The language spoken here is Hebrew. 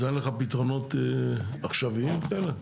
אז אין לך פתרונות עכשוויים כאלה?